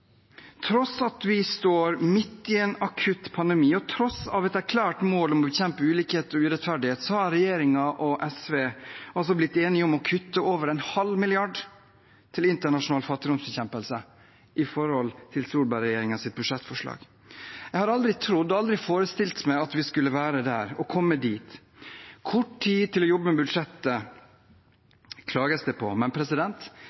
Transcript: Tross denne situasjonen, tross at vi står midt i en akutt pandemi, og på tross av et erklært mål om å bekjempe ulikhet og urettferdighet har regjeringen og SV altså blitt enige om å kutte over en halv milliard kroner til internasjonal fattigdomsbekjempelse i forhold til Solberg-regjeringens budsjettforslag. Jeg hadde aldri trodd – aldri forestilt meg – at vi skulle komme dit. Det klages på kort tid til å jobbe med